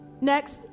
Next